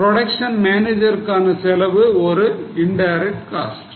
production மேனேஜருக்கான செலவு ஒரு இன்டைரக்ட் காஸ்ட்